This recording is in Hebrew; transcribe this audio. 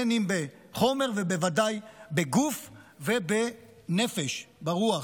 בין אם בחומר, ובוודאי בגוף ובנפש, ברוח.